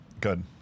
Good